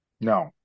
no